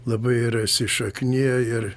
labai yra įsišakniję ir